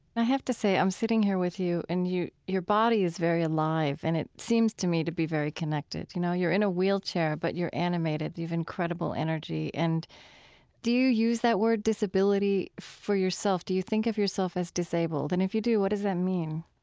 i have to say, i'm sitting here with you and your body is very alive and it seems to me to be very connected. you know, you're in a wheelchair, but you're animated. you have incredible energy. and do you you use that word disability for yourself? do you think of yourself as disabled? and if you do, what does that mean?